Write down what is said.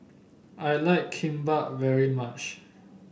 I like Kimbap very much